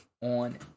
on